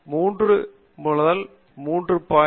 3 முதல் 3